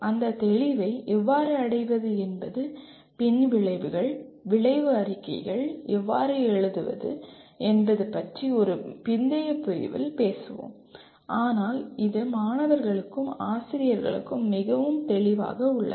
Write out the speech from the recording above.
அந்த தெளிவை எவ்வாறு அடைவது என்பது பின்விளைவுகள் விளைவு அறிக்கைகள் எவ்வாறு எழுதுவது என்பது பற்றி ஒரு பிந்தைய பிரிவில் பேசுவோம் ஆனால் இது மாணவர்களுக்கும் ஆசிரியர்களுக்கும் மிகவும் தெளிவாக உள்ளது